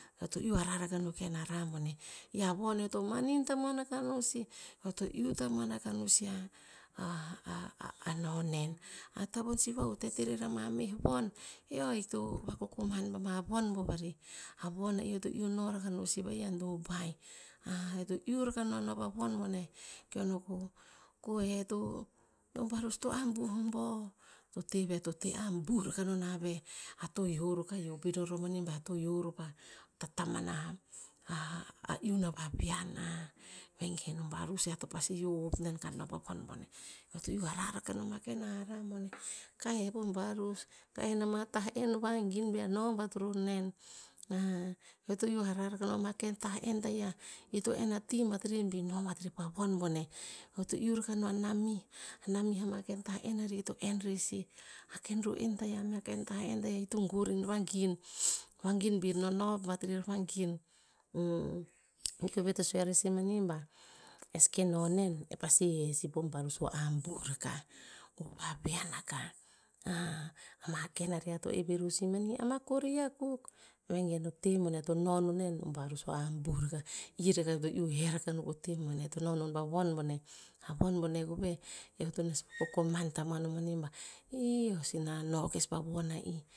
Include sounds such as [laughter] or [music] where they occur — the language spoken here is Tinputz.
Eo to iuh hara rakah o ken hara boneh, i a von eo to manin tamuan akah no sih. Eo to iuh tamuan akah noh sih a- a- a- ah noh nen. Atavon sih va utet arer sih ama meh von, eo ahik to vakokoman pa ma oh varih. A von eo to iuh noh rakah no sih va'i ah dubai. [hesitation] eo to iuh noh rakah pah von boneh. Ko noh ko- ko he to- to barus to ambuh boh, to teh veh to teh ambuh akah nonah veh. Ear to iyoh ror ka iyoh ror pet rer mani ba ear to iyoh ror pa tatamana a- a- ah iun a va vean. [hesitation] vengen a barus a ear to hio hopnen kear hop vakuan boneh. [noise] kear he po barus ka enn ama ta enn vangin be ear noh bat rer nen. [hesitation] eo to iuh hara non ama ken ta enn taiah ir to enn ati bat rer bih noh bat rer pa von boneh. Eo to iuh rakah no a namih, namih ma ken taa enn arih ito enn rer sih. Ma ken ru'en taiah meh ama ken tah enn taiah ito gon vangin. Vangin bir nonov bat rer vangin. [hesitation] [noise] i koveh to sue rarih sih manih ba, eh seke no nen, e pasi he sih po barus o ambuh akah, o vavean akah. [hesitation] a ma ken arih ear to oep reh sih mani ama kori akuk. Vengen o teh veh to nonon nen, barus o ambuh rakah. I suk eo to iuh he rakah po teh boneh, to nonohn pa von boneh. A von boneh koveh, eo to nes [noise] vakokoman tamuan a mani ba, i eo sih nanoh kes pa von a ii.